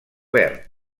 verd